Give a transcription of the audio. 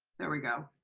there we go.